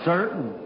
Certain